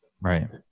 Right